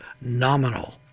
nominal